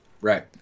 Right